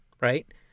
Right